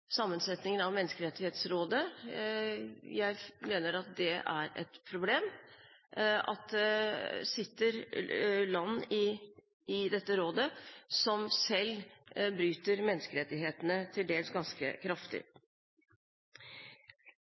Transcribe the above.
sammensetningen av Menneskerettighetsrådet. Jeg mener det er et problem at det sitter land i dette rådet som selv bryter menneskerettighetene til dels ganske kraftig.